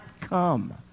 come